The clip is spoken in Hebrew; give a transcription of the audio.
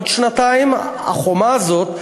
עוד שנתיים החומה הזאת,